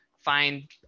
find